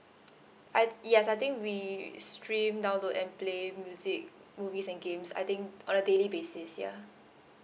I thi~ yes I think we we stream download and play music movies and games I think on a daily basis ya